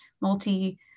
multi